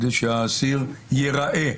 כך שהאסיר ייראה,